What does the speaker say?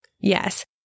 Yes